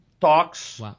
talks